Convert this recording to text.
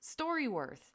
StoryWorth